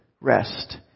rest